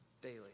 Daily